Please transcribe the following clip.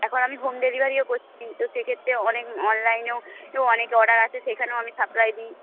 এখন আমি হোম ডেলিভারিও করছি তো সেক্ষেত্রে অনেক অনলাইনেও অনেক অর্ডার আসে সেখানেও আমি সাপ্লাই দিই